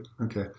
Okay